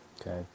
Okay